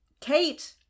Kate